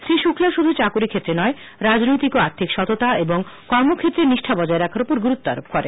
শ্রীশুক্লা শুধু চাকুরী ক্ষেত্রে নয় রাজনৈতিক ও আর্থিক সততা এবং কর্মক্ষেত্রে নিষ্ঠা বজায় রাখার উপর গুরুত্ব আরোপ করেন